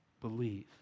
Believe